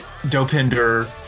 Dopinder